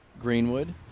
Greenwood